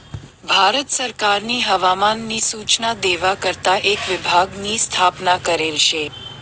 भारत सरकारनी हवामान नी सूचना देवा करता एक विभाग नी स्थापना करेल शे